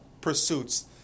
pursuits